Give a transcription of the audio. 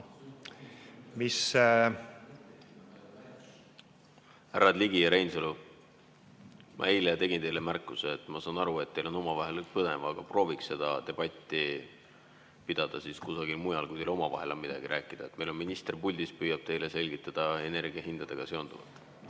mis ... Härrad Ligi ja Reinsalu, ma eile tegin teile märkuse. Ma saan aru, et teil on omavahel põnev, aga prooviks seda debatti pidada kusagil mujal, kui teil omavahel on midagi rääkida. Meil on minister puldis, püüab teile selgitada energiahindadega seonduvat.